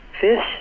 fish